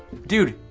dude,